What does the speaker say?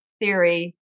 theory